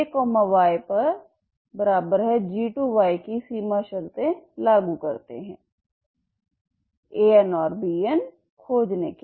ayg2की सीमा शर्तें लागू करते हैं An और Bnखोजने के लिए